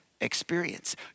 experience